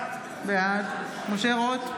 בעד משה רוט,